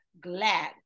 glad